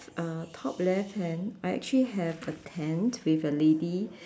uh top left hand I actually have a tent with a lady